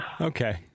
Okay